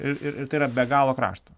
ir ir ir tai yra be galo krašto